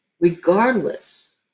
regardless